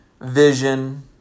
vision